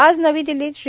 आज नवी दिल्लीत श्री